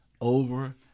over